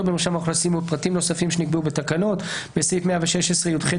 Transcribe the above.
במרשם האוכלוסין ופרטים נוספים שנקבעו בתקנות"; (9) בסעיף 118יח(ב),